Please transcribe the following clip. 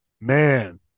Man